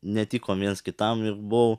netikom vienas kitam ir buvau